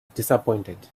disappointed